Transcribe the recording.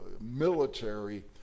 military